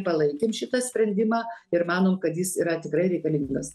palaikėm šitą sprendimą ir manom kad jis yra tikrai reikalingas